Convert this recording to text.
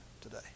today